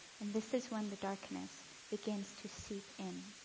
and this is when the darkness begins to seep in.